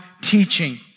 teaching